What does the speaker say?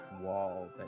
wall